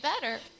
better